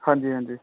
ਹਾਂਜੀ ਹਾਂਜੀ